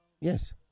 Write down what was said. yes